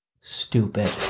stupid